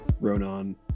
Ronan